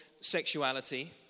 sexuality